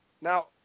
Now